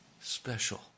special